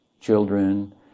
Children